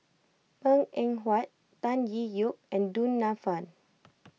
Png Eng Huat Tan Tee Yoke and Du Nanfa